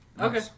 Okay